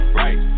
right